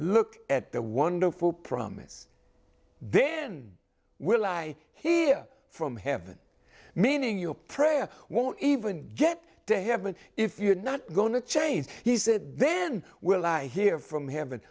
look at the wonderful promise then will i hear from heaven meaning your prayer won't even get to heaven if you're not going to change he said then will i hear from heaven